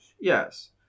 Yes